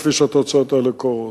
כפי שהתוצאות האלה קורות.